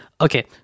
Okay